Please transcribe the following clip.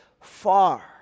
far